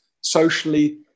socially